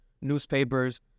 newspapers